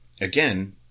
again